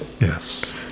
Yes